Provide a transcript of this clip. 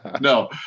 No